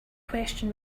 question